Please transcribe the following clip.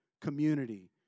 community